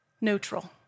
neutral